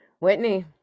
Whitney